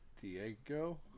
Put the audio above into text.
Diego